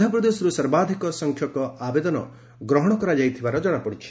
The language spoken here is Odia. ମଧ୍ୟପ୍ରଦେଶରୁ ସର୍ବାଧିକ ସଂଖ୍ୟକ ଆବେଦନ ଗ୍ରହଣ କରାଯାଇଥିବାର ଜଣାପଡ଼ିଛି